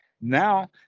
now